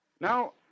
Now